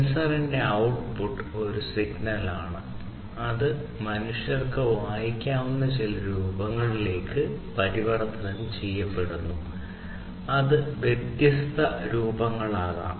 സെൻസറിന്റെ ഔട്ട്പുട്ട് ഒരു സിഗ്നലാണ് അത് മനുഷ്യർക്ക് വായിക്കാവുന്ന ചില രൂപങ്ങളിലേക്ക് പരിവർത്തനം ചെയ്യപ്പെടുന്നു അത് വ്യത്യസ്ത രൂപങ്ങളാകാം